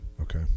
Okay